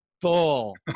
full